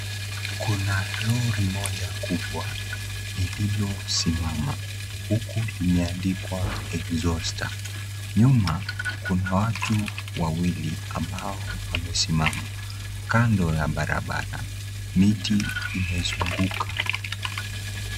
Kuna lori moja kubwa lililosimama huku limeandikwa Exhauster. Nyuma kuna watu wawili ambao wamesimama. Kando ya barabara, miti imezunguka.